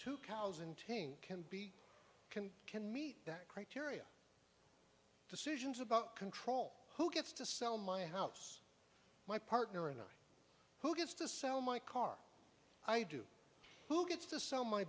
tank can be can can meet that criteria decisions about control who gets to sell my house my partner and i who gets to sell my car i do who gets to sell my